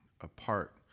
apart